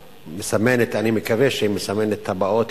אני מקווה שהיא מסמנת את הבאות,